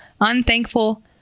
unthankful